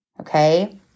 Okay